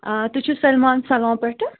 آ تُہۍ چھُو سلمان سلون پٮ۪ٹھٕ